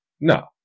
No